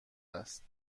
است